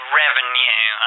revenue